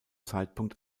zeitpunkt